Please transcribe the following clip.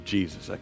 Jesus